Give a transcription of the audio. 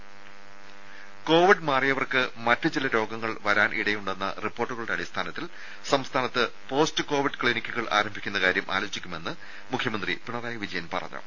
രേര കോവിഡ് മാറിയവർക്ക് മറ്റുചില രോഗങ്ങൾ വരാനിടയുണ്ടെന്ന റിപ്പോർട്ടുകളുടെ അടിസ്ഥാനത്തിൽ സംസ്ഥാനത്ത് പോസ്റ്റ് കോവിഡ് ക്ലിനിക്കുകൾ ആരംഭിക്കുന്ന കാര്യം ആലോചിക്കുമെന്ന് മുഖ്യമന്ത്രി പിണറായി വിജയൻ പറഞ്ഞു